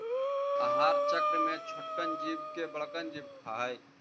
आहार चक्र में छोटकन जीव के बड़कन जीव खा हई